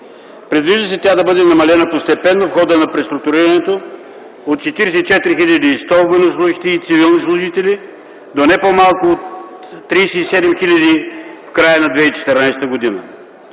Предвижда се тя да бъде намалена постепенно в хода на преструктурирането от 44 хил. 100 военнослужещи и цивилни служители до не по-малко от 37 хиляди в края на 2014 г.